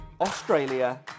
Australia